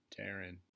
taryn